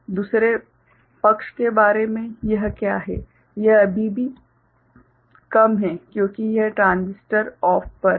दूसरे पक्ष के बारे में यह क्या है यह अभी भी कम है क्योंकि यह ट्रांजिस्टर ऑफ पर है